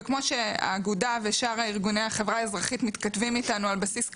וכמו שהאגודה ושאר ארגוני החברה מתכתבים איתנו על בסיס קבוע,